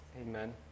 amen